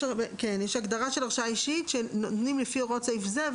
יש הגדרה של הרשאה אישית שנותנים לפי הוראות סעיף זה,